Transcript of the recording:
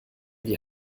wie